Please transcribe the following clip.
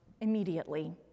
immediately